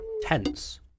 Tense